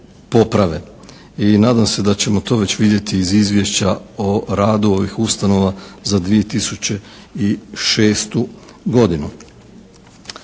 I nadam se da ćemo to već vidjeti iz izvješća o radu ovih ustanova za 2006. godinu.